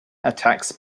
attacks